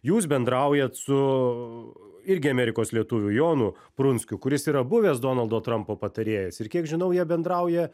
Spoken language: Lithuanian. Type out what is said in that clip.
jūs bendraujat su irgi amerikos lietuviu jonu prunskiu kuris yra buvęs donaldo trumpo patarėjas ir kiek žinau jie bendrauja